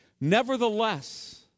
Nevertheless